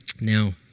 Now